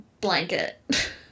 blanket